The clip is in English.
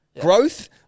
Growth